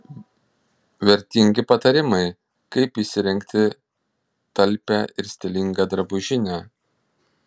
vertingi patarimai kaip įsirengti talpią ir stilingą drabužinę